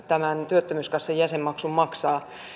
tämän työttömyyskassan jäsenmaksun maksaa